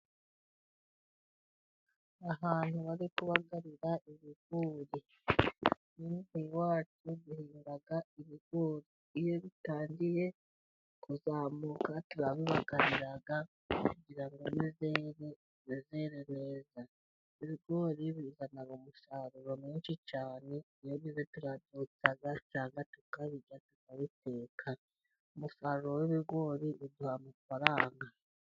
Ahantu bari kubagarira ibigori ,hano iwacu duhinga ibigori ,iyo bitangiye kuzamuka turabibagarira kugira ngo bizere neza, ibigori bizana umusaruro mwinshi cyane iyo byeze turabyotsa cyangwa tukabica tukabiteka, umusaruro w'ibigori uduha amafaranga.